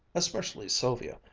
especially sylvia,